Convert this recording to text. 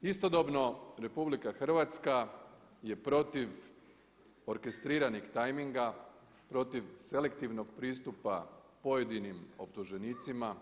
Istodobno RH je protiv orkestriranih tajminga, protiv selektivnog pristupa pojedinim optuženicima